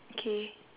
okay